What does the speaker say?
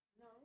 No